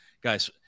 Guys